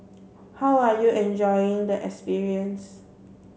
how are you enjoying the experience